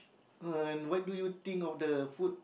and what do you think of the food